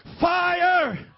Fire